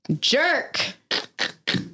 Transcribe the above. jerk